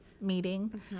meeting